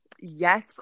Yes